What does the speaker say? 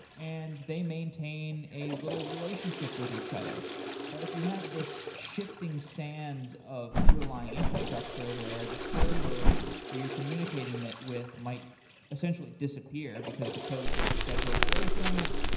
and they maintain a little relationship with each other but if you have this shifting sands of underlying infrastructure, where the server that you're communicating with might essentially disappear, because the code gets scheduled away from it.